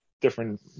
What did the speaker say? different